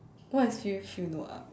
what is see you fill no up